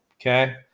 okay